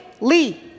Lee